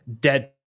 dead